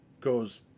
goes